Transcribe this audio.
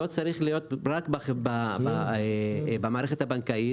לא צריך להיות רק במערכת הבנקאית.